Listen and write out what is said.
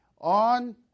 On